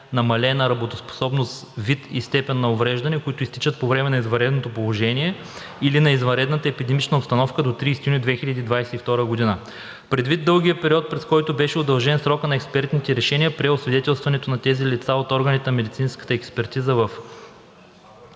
намалена работоспособност/вид и степен на увреждане, които изтичат по време на извънредното положение или на извънредната епидемична обстановка до 30 юни 2022 г. Предвид дългия период, през който беше удължен срокът на експертните решения, преосвидетелстването на тези лица от органите на медицинската експертиза в